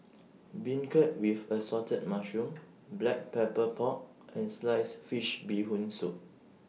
Beancurd with Assorted Mushroom Black Pepper Pork and Sliced Fish Bee Hoon Soup